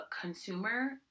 consumer